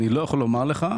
אני לא יכול לומר לך,